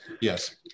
Yes